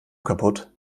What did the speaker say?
kaputt